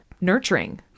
nurturing